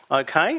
Okay